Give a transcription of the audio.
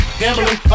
gambling